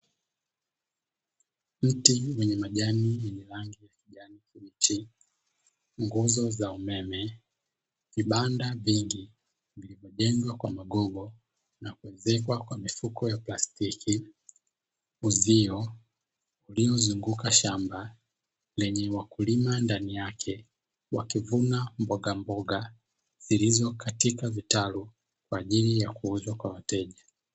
Mti wenye majani yenye rangi ya kijani kibichi, nguzo za umeme, vibanda vingi vimejengwa kwa magogo na kuezekwa kwa mifuko ya plastiki, uzio uliozunguka shamba lenye wakulima ndani yake wakivuna mbogamboga zilizo katika vitalu kwa ajili ya kuuzwa kwa wateja.